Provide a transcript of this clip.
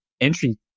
entry